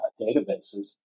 databases